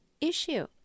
issue